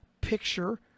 picture